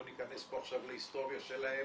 לא ניכנס פה עכשיו להיסטוריה שלהן,